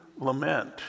lament